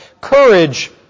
courage